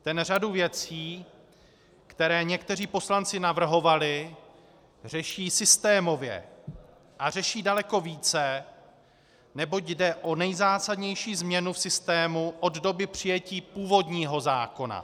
Ten řadu věcí, které někteří poslanci navrhovali, řeší systémově a řeší daleko více, neboť jde o nejzásadnější změnu systému od doby přijetí původního zákona.